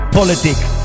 politics